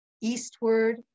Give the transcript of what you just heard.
eastward